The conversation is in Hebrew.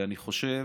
ואני חושב